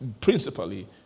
principally